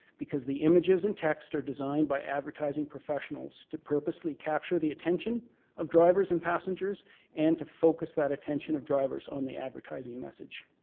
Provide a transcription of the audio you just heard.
because the images and text are designed by advertising professionals to purposely capture the attention of drivers and passengers and to focus that attention of drivers on the advertising message.